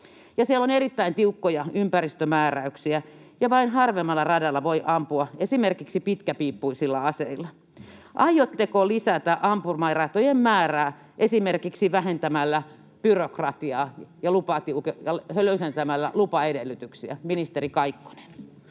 Siellä on erittäin tiukkoja ympäristömääräyksiä, ja vain harvemmalla radalla voi ampua esimerkiksi pitkäpiippuisilla aseilla. Aiotteko lisätä ampumaratojen määrää esimerkiksi vähentämällä byrokratiaa ja löysentämällä lupaedellytyksiä, ministeri Kaikkonen?